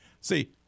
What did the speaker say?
See